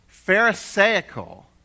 pharisaical